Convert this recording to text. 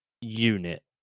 unit